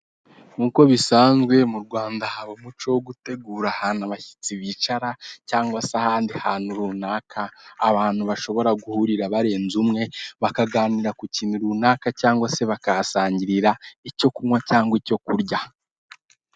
Nkuko bisanzwe mu rwanda haba umuco wo gutegura ahantu abashyitsi bicara cyangwa se ahandi hantu runaka abantu bashobora guhurira barenze umwe bakaganira ku kintu runaka cyangwa se bakahasangirira icyo kunywa cyangwa icyo kurya.